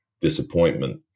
disappointment